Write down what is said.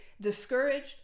discouraged